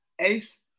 Ace